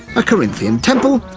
a corinthian temple,